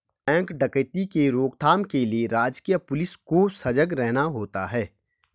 bank डकैती के रोक थाम के लिए राजकीय पुलिस को सजग रहना होता है